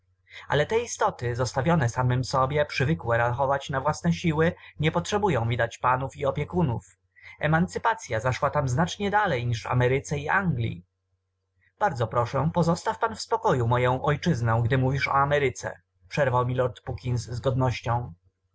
ale te istoty zostawione samym sobie przywykłe rachować na własne siły nie potrzebują widać panów i opiekunów emancypacya zaszła tam znacznie dalej niż w ameryce i anglii bardzo proszę pozostaw pan w spokoju moję ojczyznę gdy mówisz o ameryce przerwał mi lord puckins z godnością